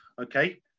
okay